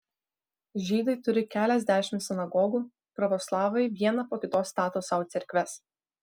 žydai turi keliasdešimt sinagogų pravoslavai vieną po kitos stato sau cerkves